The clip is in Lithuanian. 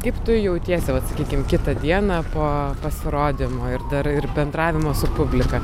kaip tu jautiesi vat sakykim kitą dieną po pasirodymo ir dar ir bendravimo su publika